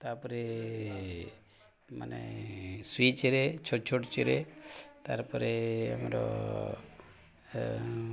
ତାପରେ ମାନେ ସୁଇଚରେ ଛୋଟ ଛୋଟ ଚେରେ ତାର୍ ପରେ ଆମର